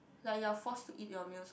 like you're force to eat your meals on